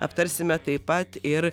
aptarsime taip pat ir